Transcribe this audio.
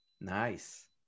nice